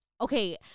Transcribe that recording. okay